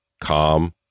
calm